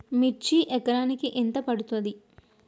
మిర్చి ఎకరానికి ఎంత పండుతది?